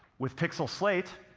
with pixel slate,